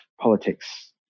politics